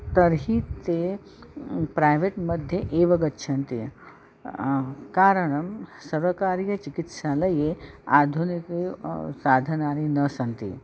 तर्हि ते प्रैवेट् मध्ये एव गच्छन्ति कारणं सर्वकारीयचिकित्सालये आधुनिकं साधनानि न सन्ति